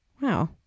wow